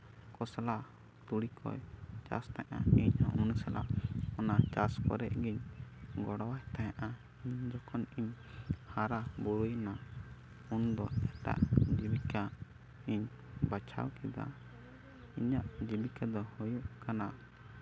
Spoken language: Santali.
ᱠᱚᱥᱞᱟ ᱛᱩᱲᱤ ᱠᱚᱭ ᱪᱟᱥ ᱛᱟᱦᱮᱱᱟ ᱤᱧ ᱦᱚᱸ ᱩᱱᱤ ᱥᱟᱞᱟᱜ ᱚᱱᱟ ᱪᱟᱥ ᱠᱚᱨᱮᱜ ᱜᱮᱧ ᱜᱚᱲᱚᱣᱟᱭ ᱛᱟᱦᱮᱸᱜᱼᱟ ᱤᱧ ᱡᱚᱠᱷᱚᱱᱤᱧ ᱦᱟᱨᱟᱵᱩᱨᱩᱭᱮᱱᱟ ᱩᱱᱫᱚ ᱮᱴᱟᱜ ᱞᱮᱠᱟ ᱤᱧ ᱵᱟᱪᱷᱟᱣ ᱠᱮᱫᱟ ᱤᱧᱟᱹᱜ ᱡᱤᱵᱤᱠᱟ ᱫᱚ ᱦᱩᱭᱩᱜ ᱠᱟᱱᱟ